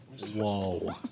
Whoa